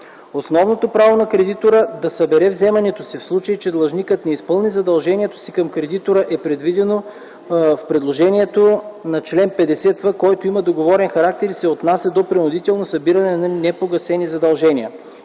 Основното право на кредитора да събере вземането си, в случай че длъжникът не изпълни задължението си към кредитора, е предвидено в предложения чл. 50в, който има договорен характер и се отнася до принудително събиране на непогасени задължения.